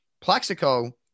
Plaxico